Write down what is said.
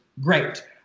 great